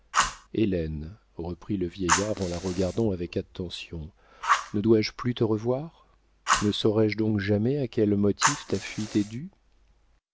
reprit le vieillard en la regardant avec attention ne dois-je plus te revoir ne saurai-je donc jamais à quel motif ta fuite est due